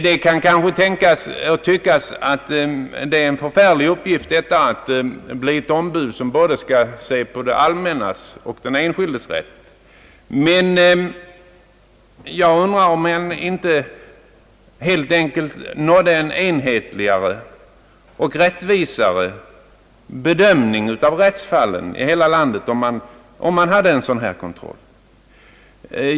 Detta kan måhända tyckas vara en svår uppgift, men visst inte omöjlig, och jag undrar om man inte helt enkelt skulle få en enhetligare och rättvisare bedömning av rättsfallen i hela landet, om man hade en sådan kontroll.